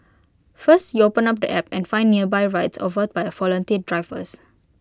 first you open up the app and find nearby rides offered by volunteer drivers